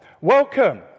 welcome